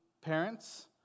parents